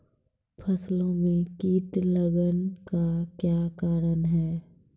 फसलो मे कीट लगने का क्या कारण है?